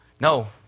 No